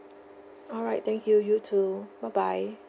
alright thank you you too bye bye